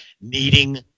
needing